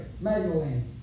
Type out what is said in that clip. Magdalene